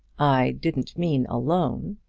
i didn't mean alone,